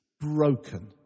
broken